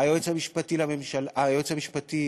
היועץ המשפטי